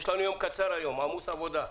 יש לנו יום קצר היום, עמוס עבודה.